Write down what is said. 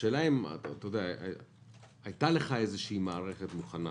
השאלה אם הייתה לך איזו מערכת מוכנה?